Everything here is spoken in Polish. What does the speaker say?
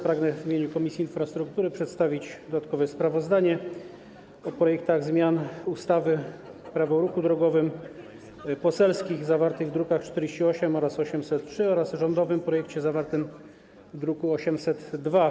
Pragnę w imieniu Komisji Infrastruktury przedstawić dodatkowe sprawozdanie o projektach zmian ustawy - Prawo o ruchu drogowym: poselskich projektach zawartych w drukach nr 48 i 803 oraz rządowym projekcie zawartym w druku nr 802.